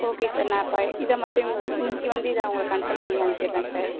okay சார் நான் இப்போ இதை மட்டும் இன்னைக்கு வந்து இதை அவங்களை கன்செல் பண்ணி அனுப்பிடுறேன் சார்